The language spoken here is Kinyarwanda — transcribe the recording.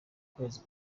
kwezi